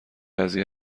قضیه